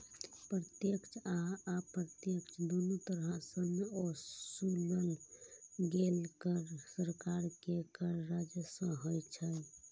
प्रत्यक्ष आ अप्रत्यक्ष, दुनू तरह सं ओसूलल गेल कर सरकार के कर राजस्व होइ छै